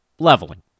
leveling